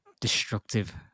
destructive